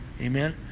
Amen